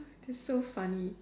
that's so funny